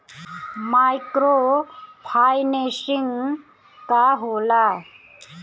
Micro financing का होला?